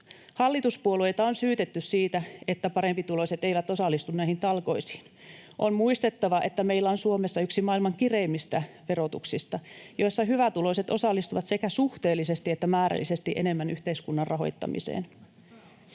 Hallituspuolueita on syytetty siitä, että parempituloiset eivät osallistu näihin talkoisiin. On muistettava, että meillä on Suomessa yksi maailman kireimmistä verotuksista, joissa hyvätuloiset osallistuvat sekä suhteellisesti että määrällisesti enemmän yhteiskunnan rahoittamiseen.